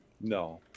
No